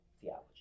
theology